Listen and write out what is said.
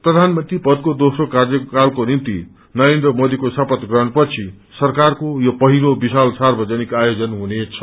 प्रधानमंत्री पदको दोम्रो कार्यकालको निम्ति नरेन्द्र मोदीको शपथ ग्रहणपछि सरकारको यो महिलो विशाल सार्वजनिक आयोजन हुनेछ